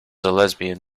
lesbian